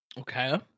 Okay